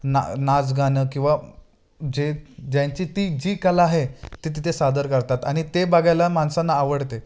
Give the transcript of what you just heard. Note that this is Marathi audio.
ना नाच गानं किंवा जे ज्यांची ती जी कला आहे ती तिथे सादर करतात आणि ते बघायला माणसांना आवडते